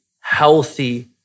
healthy